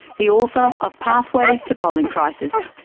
the author of pathways to polling crisis.